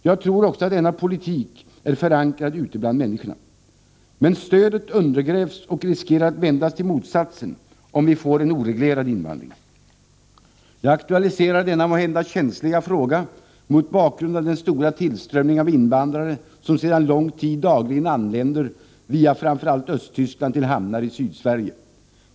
Jag tror också att denna politik är förankrad ute bland människorna. Men stödet undergrävs och riskerar att vändas till motsatsen, om vi får en oreglerad invandring. Jag aktualiserar denna måhända känsliga fråga mot bakgrund av den stora tillströmning av invandrare som sedan lång tid dagligen anländer via framför allt Östtyskland till hamnar i Sydsverige.